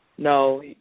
No